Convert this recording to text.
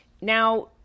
now